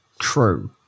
true